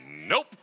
Nope